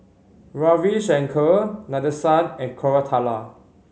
Ravi Shankar Nadesan and Koratala